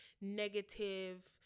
negative